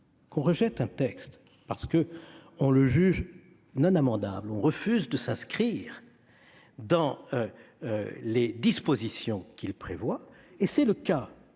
l'on rejette un texte, parce qu'on le juge non amendable et que l'on refuse de s'inscrire dans les dispositions qu'il prévoit.. Pas quand